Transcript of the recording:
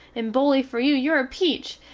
and bully fer you your a peach!